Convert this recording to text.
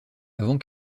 avant